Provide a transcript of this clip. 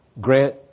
grant